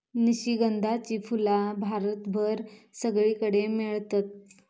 निशिगंधाची फुला भारतभर सगळीकडे मेळतत